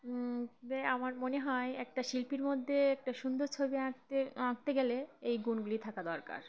আমার মনে হয় একটা শিল্পীর মধ্যে একটা সুন্দর ছবি আঁকতে আঁকতে গেলে এই গুণগুলি থাকা দরকার